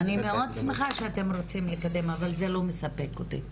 אני מאוד שמחה שאתם רוצים לקדם אבל זה לא מספק אותי,